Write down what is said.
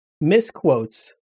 misquotes